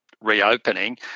reopening